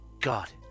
God